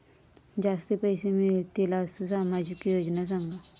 जास्ती पैशे मिळतील असो सामाजिक योजना सांगा?